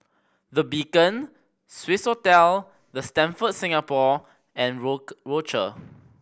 The Beacon Swissotel The Stamford Singapore and Rochor